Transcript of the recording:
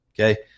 Okay